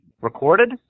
Recorded